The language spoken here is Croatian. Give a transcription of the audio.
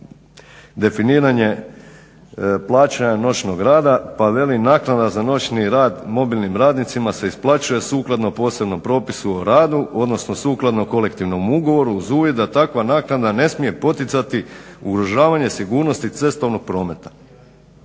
definiranje plaćanja noćnog rada, pa veli: naknada za noćni rad mobilnim radnicima se isplaćuje sukladno posebnom propisu o radu, odnosno sukladno kolektivnom ugovoru uz uvjet da takva naknada ne smije poticati ugrožavanje sigurnosti cestovnog prometa.